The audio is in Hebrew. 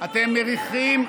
צבועים.